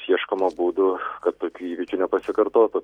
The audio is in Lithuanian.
ieškoma būdų kad tokių įvykių nepasikartotų